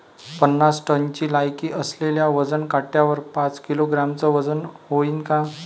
पन्नास टनची लायकी असलेल्या वजन काट्यावर पाच किलोग्रॅमचं वजन व्हईन का?